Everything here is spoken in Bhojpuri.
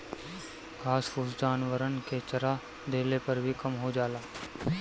घास फूस जानवरन के चरा देहले पर भी कम हो जाला